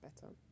better